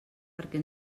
perquè